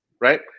right